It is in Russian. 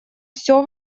все